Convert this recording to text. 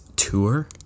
tour